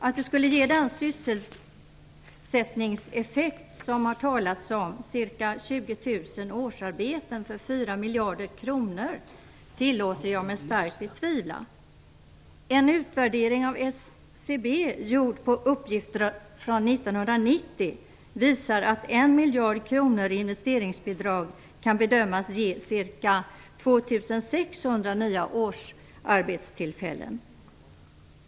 Att de skulle ge den sysselsättningseffekt om ca 20 000 årsarbeten för 4 miljarder kronor som det har talats om tillåter jag mig att starkt betvivla. En utvärdering av SCB gjord på uppgifter från 1990 visar att 1 miljard kronor i investeringsbidrag kan bedömas ge ca 2 600 nya årsarbetstillfällen.